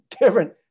different